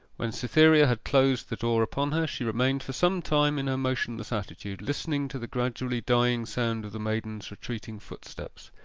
when cytherea had closed the door upon her, she remained for some time in her motionless attitude, listening to the gradually dying sound of the maiden's retreating footsteps.